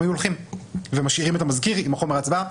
הם היו הולכים ומשאירים את המזכיר עם חומר ההצבעה.